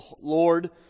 Lord